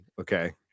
okay